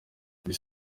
kuri